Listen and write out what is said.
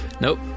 Nope